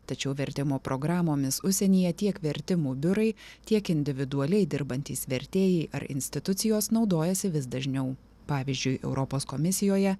tačiau vertimo programomis užsienyje tiek vertimų biurai tiek individualiai dirbantys vertėjai ar institucijos naudojasi vis dažniau pavyzdžiui europos komisijoje